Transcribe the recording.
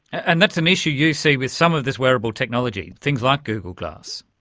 and that's an issue you see with some of this wearable technology, things like google glass.